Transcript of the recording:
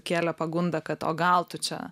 kėlė pagundą kad o gal tu čia